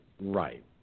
right